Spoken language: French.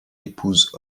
épouse